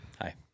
Hi